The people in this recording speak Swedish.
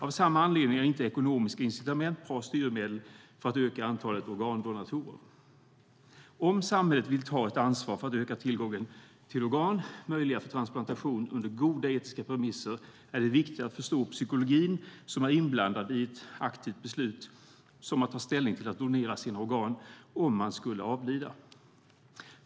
Av samma anledning är inte ekonomiska incitament bra styrmedel för att öka antalet organdonatorer. Om samhället vill ta ett ansvar för att öka tillgången till organ och ge möjlighet till transplantation under goda etiska premisser är det viktigt att förstå psykologin som är inblandad i ett aktivt beslut som att ta ställning till att donera organ om man skulle avlida.